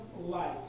Life